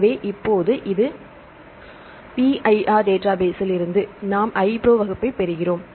எனவே இப்போது இது PIR டேட்டாபேஸிலிருந்து நாம் iPro வகுப்பை பெறுகிறோம்